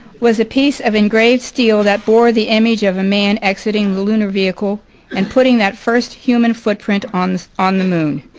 was a piece of engraved steel that bore the image of a man exiting the lunar vehicle and putting that first human footprint on on the moon.